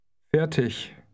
Fertig